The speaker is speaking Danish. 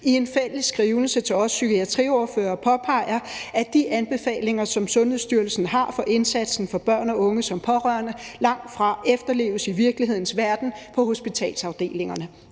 i en fælles skrivelse til os psykiatriordførere påpeger, at de anbefalinger, som Sundhedsstyrelsen har for indsatsen for børn og unge som pårørende, langtfra efterleves i virkelighedens verden på hospitalsafdelingerne.